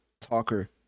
talker